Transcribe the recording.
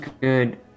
good